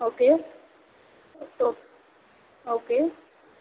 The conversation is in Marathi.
ओके ओ ओके